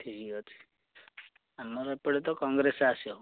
ଠିକ୍ ଅଛି ଆମର ଏପଟେ ତ କଂଗ୍ରେସ ଆସିବ